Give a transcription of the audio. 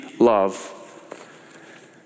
love